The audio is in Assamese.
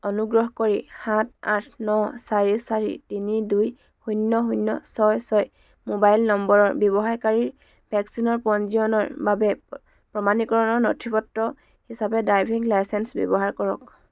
অনুগ্ৰহ কৰি সাত আঠ ন চাৰি চাৰি তিনি দুই শূন্য শূন্য ছয় ছয় মোবাইল নম্বৰৰ ব্যৱহাৰকাৰীৰ ভেকচিনৰ পঞ্জীয়নৰ বাবে প্ৰমাণীকৰণৰ নথি পত্ৰ হিচাপে ড্ৰাইভিং লাইচেন্স ব্যৱহাৰ কৰক